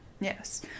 Yes